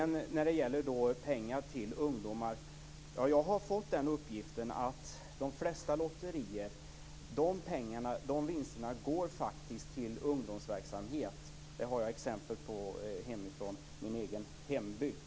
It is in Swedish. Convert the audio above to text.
När det gäller pengar till ungdomar har jag fått den uppgiften att vinsterna från de flesta lotterierna faktiskt går till ungdomsverksamhet, det har jag exempel på från min egen hembygd.